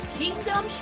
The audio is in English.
kingdom